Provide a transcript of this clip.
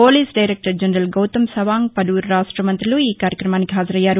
police director general Gautam Sawang పలుపురు రాష్ట మంతులు ఈకార్యక్రమానికి హాజరయ్యారు